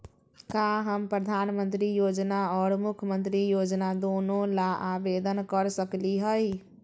का हम प्रधानमंत्री योजना और मुख्यमंत्री योजना दोनों ला आवेदन कर सकली हई?